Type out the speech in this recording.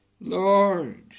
Lord